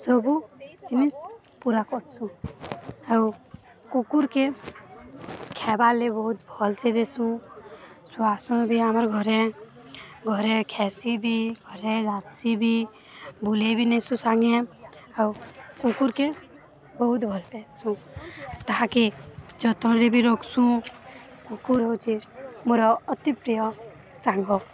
ସବୁ ଜିନିଷ ପୁରା କରଛୁ ଆଉ କୁକୁରକୁ ଖାଇବା ଲାଗି ବହୁତ ଭଲରେ ଦେଖୁଛୁ ବି ଆମର ଘରେ ଘରେ ବି ଘରେ ଘାସ ବି ବୁଲେଇ ବି ନେଉ ସାଙ୍ଗରେ ଆଉ କୁକୁରକୁ ବହୁତ ଭଲ ପାଉ ତାକୁ ଯତ୍ନରେ ବି ରଖୁଛୁ କୁକୁର ହେଉଛି ମୋର ଅତି ପ୍ରିୟ ସାଙ୍ଗ